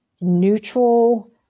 neutral